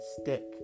stick